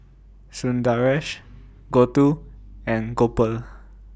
Sundaresh Gouthu and Gopal